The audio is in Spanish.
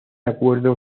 acuerdo